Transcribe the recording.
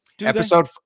Episode